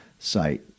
site